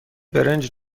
برنج